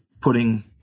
putting